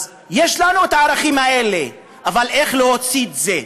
אז יש לנו את הערכים האלה, אבל איך להוציא את זה?